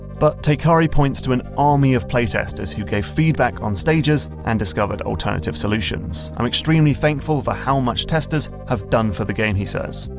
but teikari points to an army of playtesters who gave feedback on stages, and discovered alternative solutions. i'm extremely thankful for how much testers have done for the game, he says.